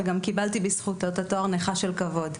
גם קיבלתי בזכותו את התואר נכה של כבוד.